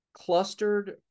clustered